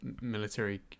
military